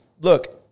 look